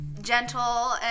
gentle